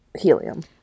helium